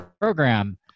program